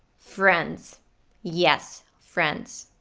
friends yes friends.